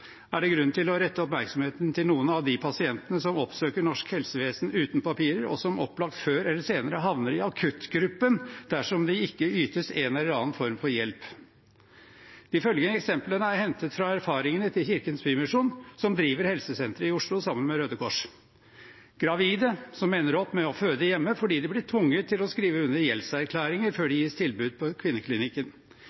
er det grunn til å rette oppmerksomheten mot noen av de pasientene som oppsøker norsk helsevesen uten papirer, og som opplagt før eller senere havner i akuttgruppen dersom det ikke ytes en eller annen form for hjelp. De følgende eksemplene har jeg hentet fra erfaringene til Kirkens Bymisjon, som driver helsesenteret i Oslo sammen med Røde Kors: gravide som ender opp med å føde hjemme fordi de blir tvunget til å skrive under gjeldserklæringer før